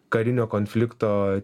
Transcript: karinio konflikto